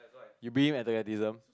you beat him athleticism